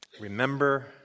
Remember